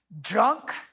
junk